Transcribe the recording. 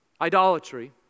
idolatry